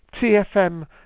TFM